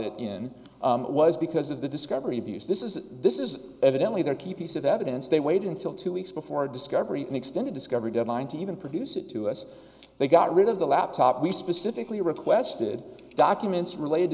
in was because of the discovery abuse this is this is evidently their key piece of evidence they waited until two weeks before a discovery extended discovery deadline to even produce it to us they got rid of the laptop we specifically requested documents related to